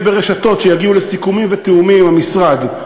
ברשתות שיגיעו לסיכומים ותיאומים עם המשרד,